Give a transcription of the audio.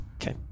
Okay